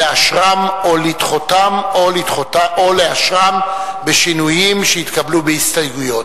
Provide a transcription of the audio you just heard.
אם לאשרם או לדחותם או לאשרם בשינויים שיתקבלו בהסתייגויות.